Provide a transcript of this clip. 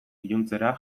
iluntzera